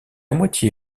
moitié